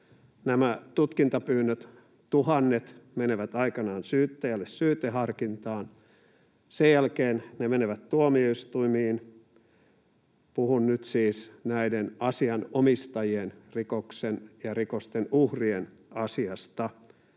tutkintapyynnöt menevät aikanaan syyttäjälle syyteharkintaan, sen jälkeen ne menevät tuomioistuimiin. Puhun nyt siis näiden asianomistajien, rikoksen ja rikosten uhrien, asiasta